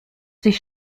sich